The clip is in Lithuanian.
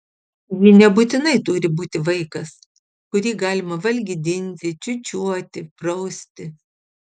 ji nebūtinai turi būti vaikas kurį galima valgydinti čiūčiuoti prausti